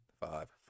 five